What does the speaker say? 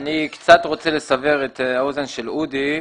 אני קצת רוצה לסבר את האוזן של אודי.